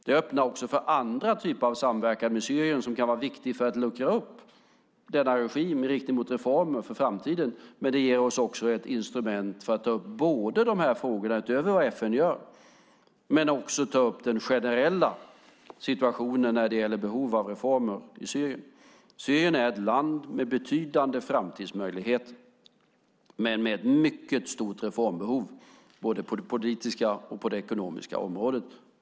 Det öppnar för andra typer av samverkan med Syrien som kan vara viktiga för att luckra upp regimen i riktning mot reformer för framtiden. Det ger oss ett instrument att ta upp de här frågorna, utöver det som FN gör, och att ta upp den generella situationen när det gäller behov av reformer i Syrien. Syrien är ett land med betydande framtidsmöjligheter, men med mycket stort reformbehov på både det politiska och det ekonomiska området.